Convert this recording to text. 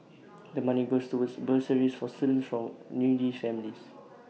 the money goes towards bursaries for students from needy families